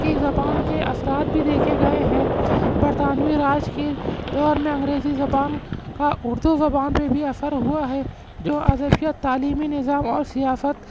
کی زبان کے اثرات بھی دیکھے گئے ہیں برطانوی راج کے دور میں انگریزی زبان کا اردو زبان پہ بھی اثر ہوا ہے جو اضفیت تعلیمی نظام اور سیاست